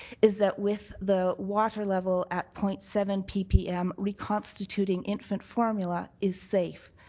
is that with the water level at point seven ppm, reconstituting infant formula is safe.